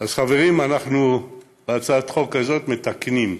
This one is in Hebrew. אז חברים, אנחנו בהצעת החוק הזאת מתקנים,